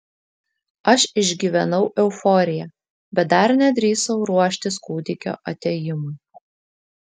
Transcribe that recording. aš išgyvenau euforiją bet dar nedrįsau ruoštis kūdikio atėjimui